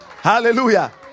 hallelujah